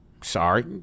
sorry